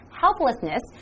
Helplessness